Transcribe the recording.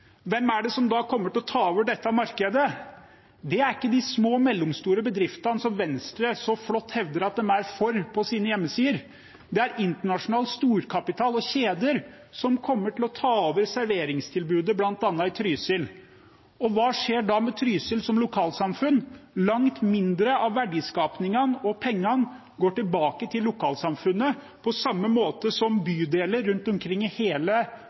hvem er det da som kommer til å ta over dette markedet? Det er ikke de små og mellomstore bedriftene, som Venstre så flott hevder at de er for på sine hjemmesider. Det er internasjonal storkapital og kjeder som kommer til å ta over serveringstilbudet bl.a. i Trysil. Hva skjer da med Trysil som lokalsamfunn? Langt mindre av verdiskapingen og pengene går tilbake til lokalsamfunnet, på samme måte som bydeler rundt omkring i hele